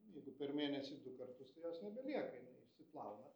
jeigu per mėnesį du kartus tai jos nebelieka jinai išsiplauna